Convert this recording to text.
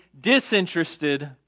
disinterested